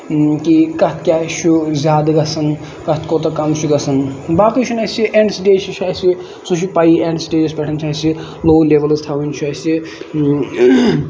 کہِ کَتھ کیاہ اشوٗ زیادٕ گژھان کَتھ کوتاہ کَم چھُ گژھن باقی چھُنہٕ اَسہِ اینڈ سِٹیج چھُ اَسہِ سُہ چھُ پَیی اینڈ سِٹیجَس پٮ۪ٹھ چھُ اَسہِ لو لیؤلز تھاونۍ چھُ اَسہِ